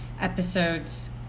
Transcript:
episodes